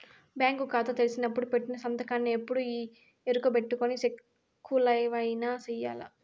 bank కాతా తెరిసినపుడు పెట్టిన సంతకాన్నే ఎప్పుడూ ఈ ఎరుకబెట్టుకొని సెక్కులవైన సెయ్యాల